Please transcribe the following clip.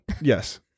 Yes